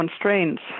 constraints